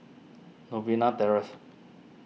Novena Terrace